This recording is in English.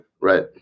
right